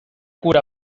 cura